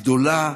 גדולה,